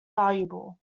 valuable